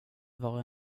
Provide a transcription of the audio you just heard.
vara